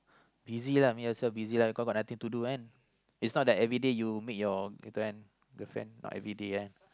busy lah make yourself busy lah because you got nothing to do right is not that everyday you meet your girlfriend girlfriend not everyday one